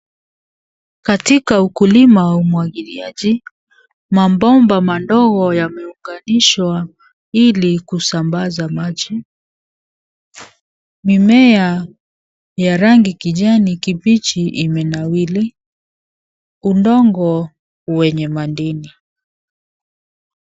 Katika ukulima wa umwagiliaji mabomba madogo yameunganishwa ili kusambaza maji. Mimea ya rangi kijani kibichi imenawiri. Udongo wenye madini.